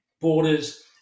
borders